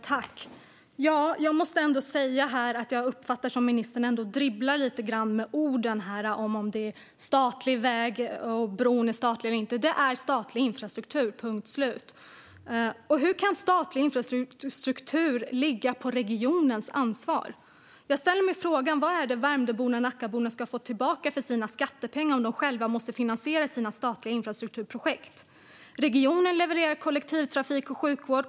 Fru talman! Jag måste ändå säga att jag uppfattar det som att ministern ändå dribblar lite grann med orden här när det gäller om vägen och bron är statliga eller inte. Det är statlig infrastruktur, punkt slut. Hur kan statlig infrastruktur vara regionens ansvar? Jag ställer mig frågan: Vad är det Värmdöborna och Nackaborna ska få tillbaka för sina skattepengar om de själva måste finansiera sina statliga infrastrukturprojekt? Regionen levererar kollektivtrafik och sjukvård.